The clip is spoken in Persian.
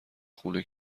خونه